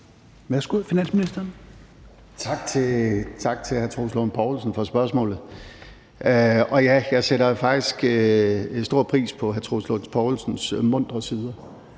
(Nicolai Wammen): Tak til hr. Troels Lund Poulsen for spørgsmålet. Og jeg sætter faktisk stor pris på hr. Troels Lund Poulsens muntre sider.